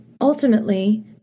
Ultimately